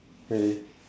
really